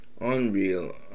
Unreal